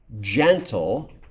gentle